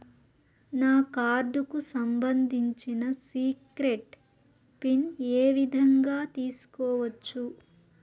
నా కార్డుకు సంబంధించిన సీక్రెట్ పిన్ ఏ విధంగా తీసుకోవచ్చు?